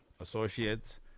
associates